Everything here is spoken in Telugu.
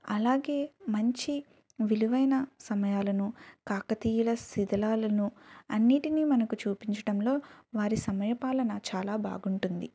అలాగే మంచి విలువైన సమయాలను కాకతీయుల శిథిలాలను అన్నిటిని మనకు చూపించడంలో వారి సమయ పాలన చాలా బాగుంటుంది